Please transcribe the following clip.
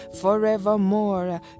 forevermore